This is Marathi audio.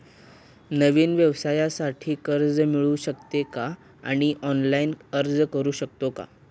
नवीन व्यवसायासाठी कर्ज मिळू शकते का आणि ऑनलाइन अर्ज करू शकतो का?